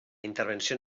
intervenció